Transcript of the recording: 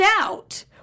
out